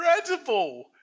incredible